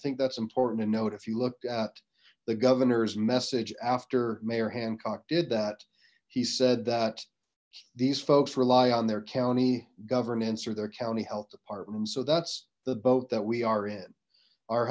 think that's important to note if you look at the governor's message after mayor hancock did that he said that these folks rely on their county governance or their county health department so that's the boat that we are in our